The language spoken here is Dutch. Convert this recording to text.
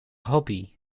hobby